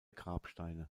grabsteine